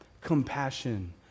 compassion